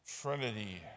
Trinity